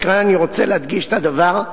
וכאן אני רוצה להדגיש את הדבר,